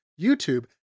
YouTube